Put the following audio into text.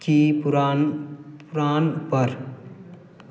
की पुरान पुरान पर